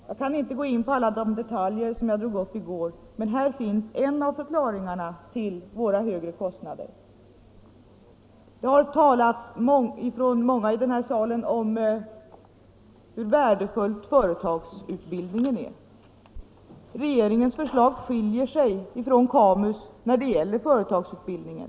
Jag kan nu inte gå in på alla de detaljer som jag tog upp i går, men här finns en av förklaringarna till våra högre kostnader. Många i den här salen har talat om hur värdefull företagsutbildningen är. Regeringens förslag skiljer sig från KAMU:s när det gäller företagsutbildningen.